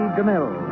DeMille